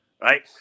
right